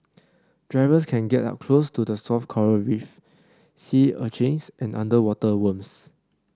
divers can get up close to the soft coral reef sea urchins and underwater worms